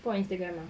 post on Instagram ah